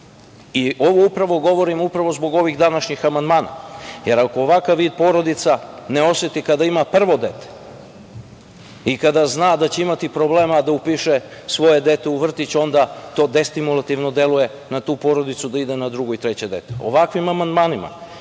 decom. Ovo govorim upravo zbog ovih današnjih amandmana, jer ako ovakav vid pomoći porodica ne oseti kada ima prvo dete i kada zna da će imati problema da upiše svoje dete u vrtić, onda to destimulativno deluje na tu porodicu da ide na drugo i treće dete. Ovakvim amandmanom